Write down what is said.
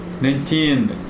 Nineteen